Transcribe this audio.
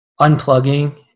unplugging